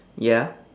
ya